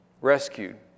rescued